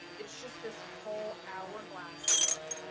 it's just this whole hourglass look.